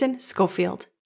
Schofield